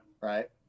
Right